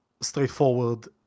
straightforward